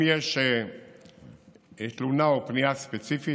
אם יש תלונה או פנייה ספציפית,